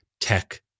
tech